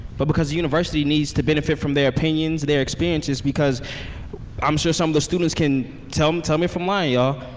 but because the university needs to benefit from their opinions, their experiences, because i'm sure some of the students can, tell um tell me if ah yeah ah